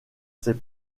ses